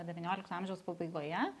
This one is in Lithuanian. devyniolikto amžiaus pabaigoje